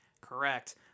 Correct